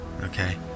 okay